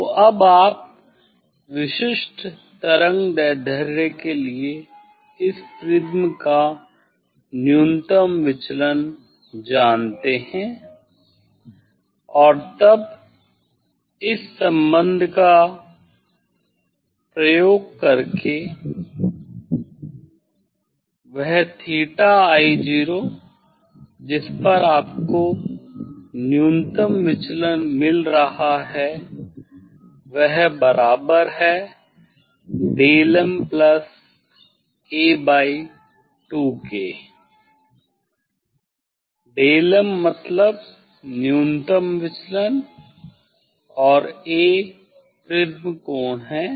तो अब आप विशिष्ट तरंगदैर्ध्य के लिए इस प्रिज्म का न्यूनतम विचलन जानते हैं और तब इस संबंध का उपयोग करके वह 'θi0' जिस पर आपको न्यूनतम विचलन मिल रहा है वह बराबर है delmA2 के delmमतलब न्यूनतम विचलन और Aप्रिज्म कोण है